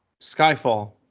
Skyfall